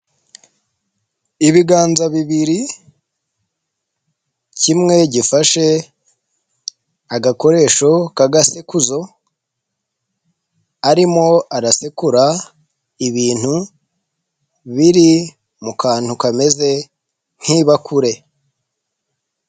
Ibiganza bibiri kimwe gifashe agakoresho k'agasekuzo arimo arasekura ibintu biri mukantu kameze nk'ibakure.